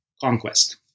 Conquest